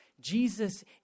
Jesus